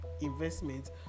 investment